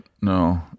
No